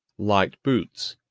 light boots,